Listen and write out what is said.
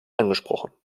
angesprochen